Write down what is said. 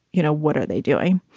you know, what are they doing?